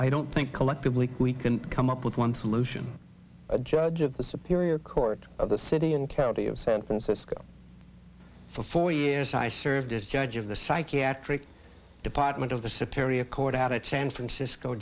i don't think collectively we can come up with one solution a judge of this a period court of the city and county of san francisco for four years i served as judge of the psychiatric department of the superior court had a chance francisco